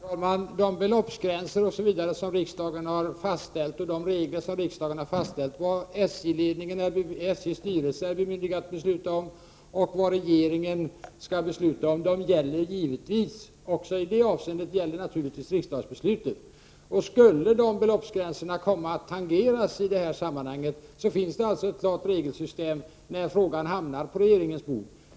Herr talman! De beloppsgränser som riksdagen har fastställt och reglerna för vad SJ:s styrelse är bemyndigad att besluta om och vad regeringen skall besluta om gäller givetvis. Skulle beloppsgränserna komma att tangeras i det här sammanhanget, finns det alltså ett regelsystem som föreskriver när frågan hamnar på regeringens bord.